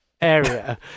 area